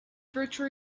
virtual